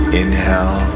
inhale